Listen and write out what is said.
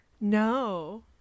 No